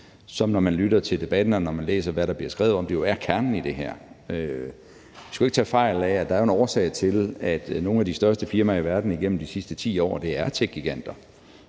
jo, når man lytter til debatten og læser om, hvad der bliver skrevet om det, er kernen i det her. Vi skal ikke tage fejl af, at der jo er en årsag til, at nogle af de største firmaer i verden igennem de sidste 10 år er techgiganter.